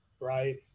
right